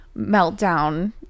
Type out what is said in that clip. meltdown